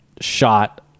shot